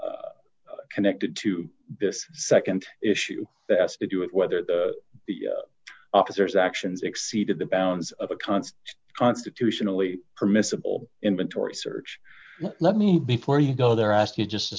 connected to this nd issue that has to do with whether the officers actions exceeded the bounds of a const constitutionally permissible inventory search let me before you go there asking just a